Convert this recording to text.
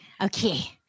Okay